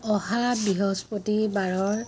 অহা বৃহস্পতিবাৰৰ